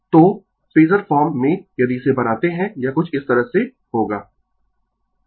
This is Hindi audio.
तो फेजर फॉर्म में यदि इसे बनाते है यह कुछ इस तरह से होगा